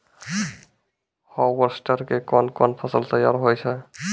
Harvester के कोन कोन फसल तैयार होय छै?